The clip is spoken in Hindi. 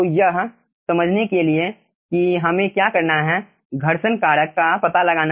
तो यह समझने के लिए कि हमें क्या करना है घर्षण कारक का पता लगाना